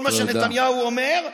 כל מה שנתניהו אומר,